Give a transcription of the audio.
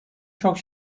çok